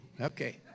Okay